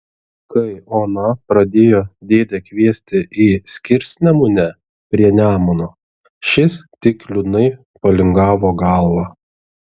kai ona pradėjo dėdę kviesti į skirsnemunę prie nemuno šis tik liūdnai palingavo galvą